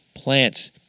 Plants